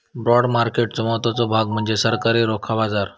bond मार्केटचो महत्त्वाचो भाग म्हणजे सरकारी रोखा बाजार